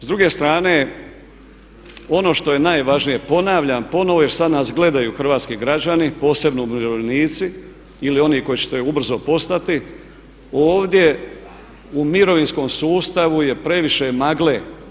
S druge strane ono što je najvažnije, ponavljam ponovno jer sad nas gledaju hrvatski građani, posebno umirovljenici ili oni koji će to ubrzo postati, ovdje u mirovinskom sustavu je previše magle.